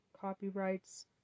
copyrights